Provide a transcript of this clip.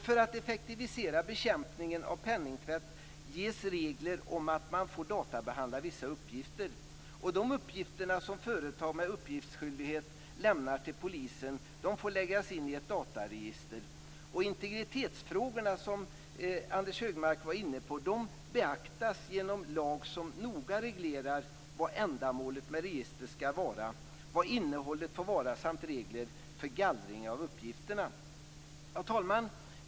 För att effektivisera bekämpningen av penningtvätt ges regler om att man får databehandla vissa uppgifter. De uppgifter som företag med uppgiftsskyldighet lämnar till polisen får läggas in i ett dataregister. Anders Högmark var inne på integritetsfrågorna. De beaktas genom lag som noga reglerar vad ändamålet med registret skall vara, vad innehållet får vara samt regler för gallring av uppgifterna. Herr talman!